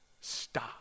stop